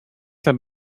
have